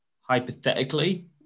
hypothetically